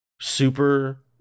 super –